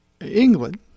England